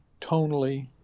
tonally